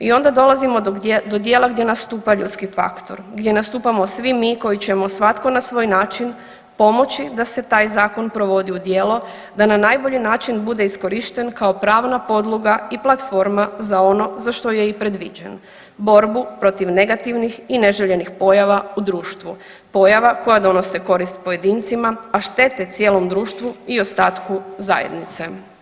I onda dolazimo do dijela gdje nastupa ljudski faktor, gdje nastupamo svi mi koji ćemo svatko na svoj način pomoći da se taj zakon provodi u djelo, da na najbolji način bude iskorišten kao pravna podloga i platforma za ono što je i predviđen – borbu protiv negativnih i neželjenih pojava u društvu, pojava koje donose korist pojedincima, a štete cijelom društvu i ostatku zajednice.